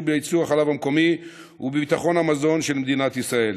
בייצור החלב המקומי ובביטחון המזון של מדינת ישראל.